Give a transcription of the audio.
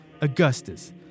Augustus